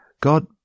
God